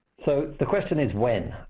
so the question is, when.